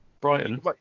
Brighton